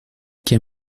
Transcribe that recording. qu’un